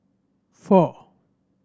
four